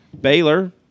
Baylor